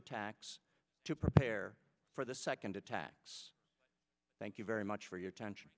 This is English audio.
attacks to prepare for the second attacks thank you very much for your attention